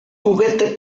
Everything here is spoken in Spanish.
juguete